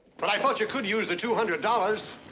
but i thought you could use the two hundred dollars.